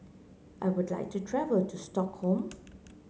I would like to travel to Stockholm